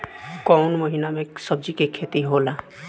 कोउन महीना में सब्जि के खेती होला?